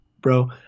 bro